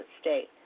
state